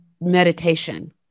meditation